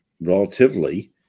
relatively